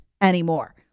anymore